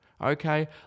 okay